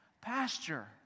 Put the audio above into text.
Pasture